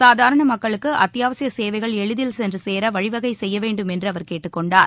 சாதாரண மக்களுக்கு அத்தியாவசிய சேவைகள் எளிதில் சென்று சேர வழிவகை செய்ய வேண்டும் என்று அவர் கேட்டுக்கொண்டார்